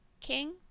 King